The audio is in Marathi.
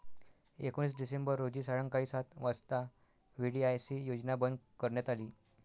एकोणीस डिसेंबर रोजी सायंकाळी सात वाजता व्ही.डी.आय.सी योजना बंद करण्यात आली